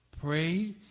Pray